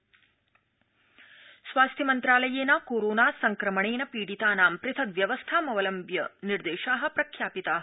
स्वास्थ्यमन्त्रालय स्वास्थ्य मन्त्रालयेन कोरोना संक्रमणेन पीडितानां पृथग् व्यवस्थामवलम्ब्य निर्देशा प्रख्यापिता